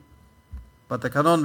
כאמור בתקנון,